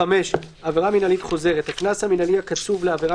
עבירה מינהלית חוזרת 5. הקנס המינהלי הקצוב לעבירה